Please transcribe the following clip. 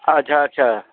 अच्छा अच्छा